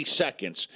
seconds